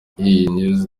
news